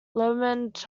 lomond